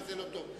וזה לא טוב.